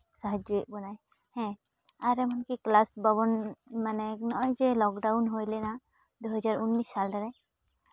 ᱥᱟᱦᱟᱡᱽ ᱡᱚᱭᱮᱜ ᱵᱚᱱᱟᱭ ᱦᱮᱸ ᱟᱨ ᱮᱢᱚᱱᱠᱤ ᱠᱞᱟᱥ ᱵᱟᱵᱚᱱ ᱢᱟᱱᱮ ᱱᱚᱜᱼᱚᱭ ᱡᱮ ᱞᱚᱠᱰᱟᱣᱩᱱ ᱦᱩᱭ ᱞᱮᱱᱟ ᱫᱩ ᱦᱟᱡᱟᱨ ᱩᱱᱤᱥ ᱥᱟᱞᱨᱮ